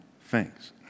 thanks